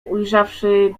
ujrzawszy